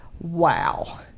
wow